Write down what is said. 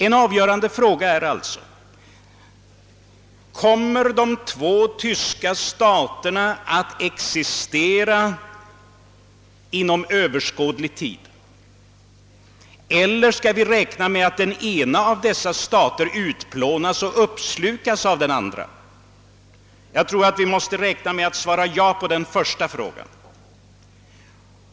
En avgörande fråga är: Kommer de två tyska staterna att existera under överskådlig tid? Eller skall vi räkna med att den ena av dessa stater utplånas och uppslukas av den andra? Jag tror att vi måste räkna med att svara ja på den första frågan.